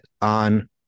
on